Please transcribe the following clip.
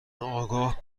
آگاه